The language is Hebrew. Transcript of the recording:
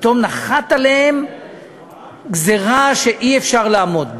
פתאום נחתה עליהם גזירה שאי-אפשר לעמוד בה.